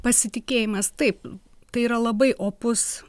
pasitikėjimas taip tai yra labai opus